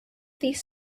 these